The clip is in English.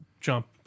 jump